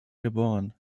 geboren